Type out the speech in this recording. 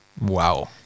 Wow